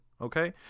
okay